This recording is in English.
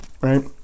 right